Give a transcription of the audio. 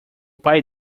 pai